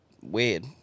weird